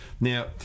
Now